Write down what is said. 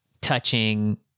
Touching